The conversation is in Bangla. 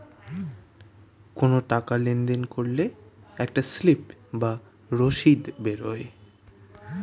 কোনো টাকা লেনদেন করলে একটা স্লিপ বা রসিদ বেরোয়